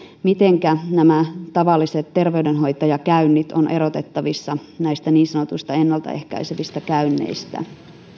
mitenkä nämä tavalliset terveydenhoitajakäynnit ovat erotettavissa näistä niin sanotuista ennalta ehkäisevistä käynneistä